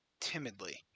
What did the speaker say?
timidly